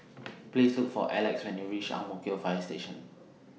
Please Look For Elex when YOU REACH Ang Mo Kio Fire Station